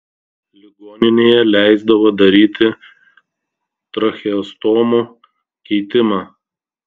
ligoninėje leisdavo daryti tracheostomų keitimą